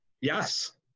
yes